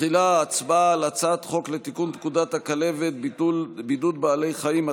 תחילה הצבעה על הצעת חוק לתיקון פקודת הכלבת (בידוד בעלי חיים),